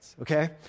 okay